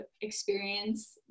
experience